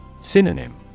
Synonym